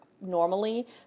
normally